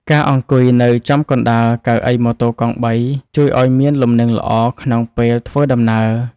ការអង្គុយនៅចំកណ្តាលកៅអីម៉ូតូកង់បី ជួយឱ្យមានលំនឹងល្អក្នុងពេលធ្វើដំណើរ។